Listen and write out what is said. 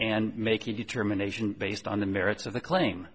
and make a determination based on the merits of the claim